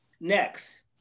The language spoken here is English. Next